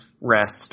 rest